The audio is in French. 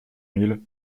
mille